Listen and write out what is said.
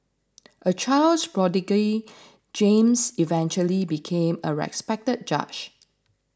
a child prodigy James eventually became a respected judge